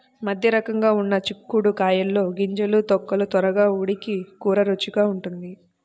మధ్యరకంగా ఉన్న చిక్కుడు కాయల్లో గింజలు, తొక్కలు త్వరగా ఉడికి కూర రుచిగా ఉంటుంది